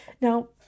Now